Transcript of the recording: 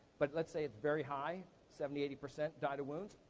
but let's say it's very high, seventy, eighty percent died of wounds,